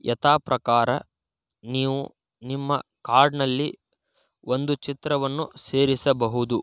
ಯಥಾಪ್ರಕಾರ ನೀವು ನಿಮ್ಮ ಕಾರ್ಡ್ನಲ್ಲಿ ಒಂದು ಚಿತ್ರವನ್ನು ಸೇರಿಸಬಹುದು